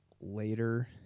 later